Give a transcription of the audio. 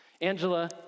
Angela